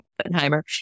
Oppenheimer